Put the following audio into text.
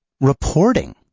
reporting